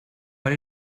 but